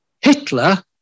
Hitler